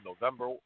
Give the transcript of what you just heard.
November